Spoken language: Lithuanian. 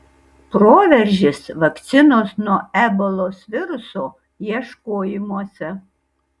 proveržis vakcinos nuo ebolos viruso ieškojimuose